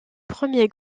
premier